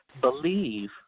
believe